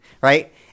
Right